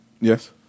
Yes